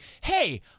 hey